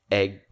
egg